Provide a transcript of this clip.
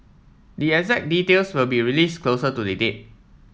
the exact details will be release closer to the date